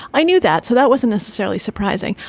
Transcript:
i knew that. so that wasn't necessarily surprising.